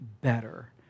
better